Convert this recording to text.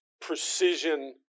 precision